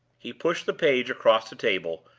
he pushed the page across the table,